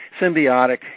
symbiotic